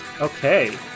Okay